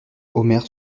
omer